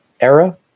era